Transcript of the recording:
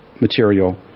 material